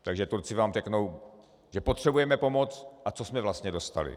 Takže Turci vám řeknou: Potřebujeme pomoct a co jsme vlastně dostali?